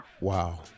Wow